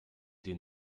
den